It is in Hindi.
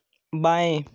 बाएँ